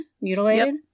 mutilated